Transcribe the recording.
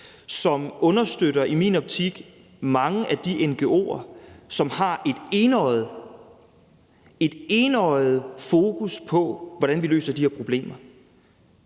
Det understøtter i min optik mange af de ngo'er, som har et enøjet fokus på, hvordan vi løser de her problemer.